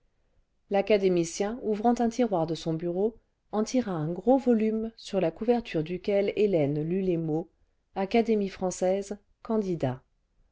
l'académicien ouvrant un tiroir de son bureau en tira un gros volume sur la couverture duquel hélène lut les mots académie française candidats